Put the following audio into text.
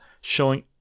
showing